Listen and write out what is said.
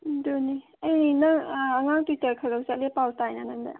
ꯑꯗꯨꯅꯤ ꯑꯩ ꯅꯪ ꯑꯉꯥꯡ ꯇ꯭ꯌꯨꯇꯔ ꯈꯔ ꯈꯔ ꯆꯠꯂꯦ ꯄꯥꯎ ꯇꯥꯏꯅ ꯅꯪꯗꯤ